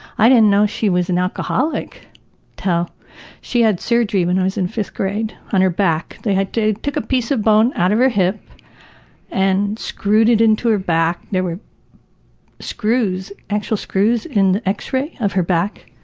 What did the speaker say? i didn't know she was an alcoholic till she had surgery when i was in fifth grade on her back. they had dig, took a piece of bone out of her hip and screwed it into her back. there were screws, actual screws, in the x-ray of her back.